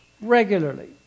regularly